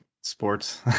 Sports